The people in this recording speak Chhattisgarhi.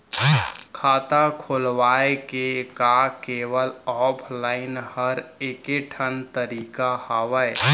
खाता खोलवाय के का केवल ऑफलाइन हर ऐकेठन तरीका हवय?